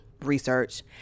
research